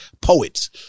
poets